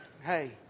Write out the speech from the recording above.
Hey